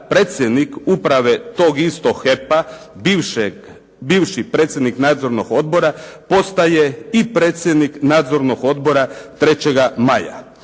predsjednik uprave tog istog HEP-a bivši predsjednik nadzornog odbora postaje i predsjednik nadzornog odbora 3. maja.